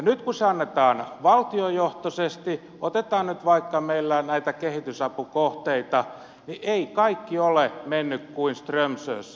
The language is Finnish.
nyt kun se annetaan valtiojohtoisesti otetaan nyt vaikka meillä näitä kehitysapukohteita niin ei kaikki ole mennyt kuin strömsössä